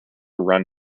run